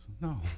No